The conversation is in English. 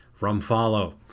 RumFollow